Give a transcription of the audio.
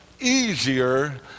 easier